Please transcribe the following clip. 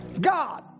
God